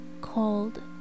called